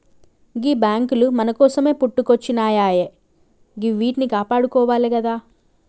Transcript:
గీ బాంకులు మన కోసమే పుట్టుకొచ్జినయాయె గివ్విట్నీ కాపాడుకోవాలె గదా